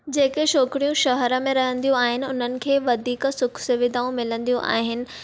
जेके छोकिरियूं शहरु में रहंदियूं आहिनि उन्हनि खे वधीक सुख सुविधाऊं मिलंदियूं आहिनि